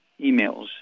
emails